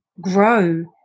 grow